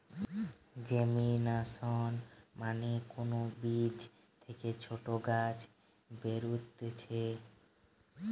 germination মানে কোন বীজ থেকে ছোট গাছ বেরুতিছে